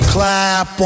Clap